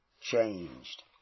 changed